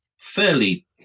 fairly